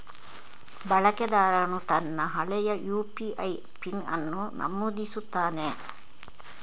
ಬಳಕೆದಾರನು ತನ್ನ ಹಳೆಯ ಯು.ಪಿ.ಐ ಪಿನ್ ಅನ್ನು ನಮೂದಿಸುತ್ತಾನೆ